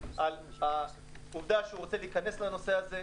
על העובדה שהוא רוצה להיכנס לזה.